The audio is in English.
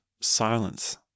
silence